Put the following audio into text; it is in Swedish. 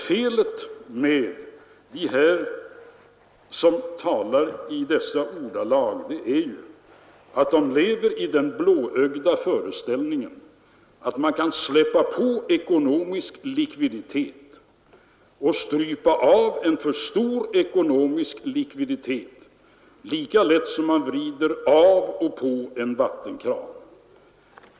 Felet med dem som talar i dessa ordalag är ju att de lever i den blåögda föreställningen att man kan släppa på ekonomisk likviditet och strypa av en för stor ekonomisk likviditet lika lätt som man vrider av och på en vattenkran.